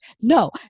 No